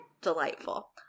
delightful